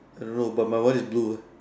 I don't know but my one is blue